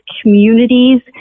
communities